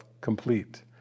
complete